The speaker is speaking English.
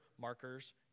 markers